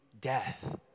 death